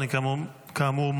כאמור,